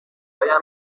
برایم